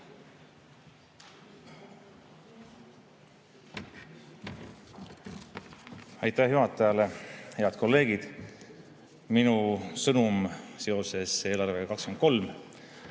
Aitäh juhatajale! Head kolleegid! Minu sõnum seoses eelarvega